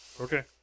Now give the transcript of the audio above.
okay